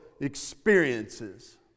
experiences